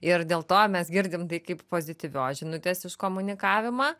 ir dėl to mes girdim tai kaip pozityvios žinutės iškomunikavimą